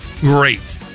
Great